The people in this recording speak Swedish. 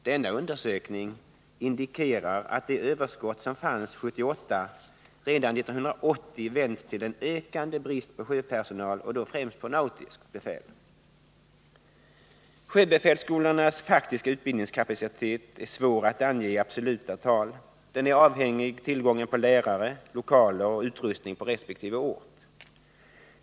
Denna undersökning indikerar att det överskott som fanns 1978 redan 1980 vänts till en ökande brist på sjöpersonal och då främst nautiskt befäl. Sjöbefälsskolornas faktiska utbildningskapacitet är svår att ange i absoluta tal. Den är avhängig av tillgången på lärare, lokaler och utrustning på resp. ort.